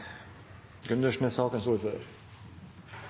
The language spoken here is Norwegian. Gundersen, som er